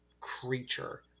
creature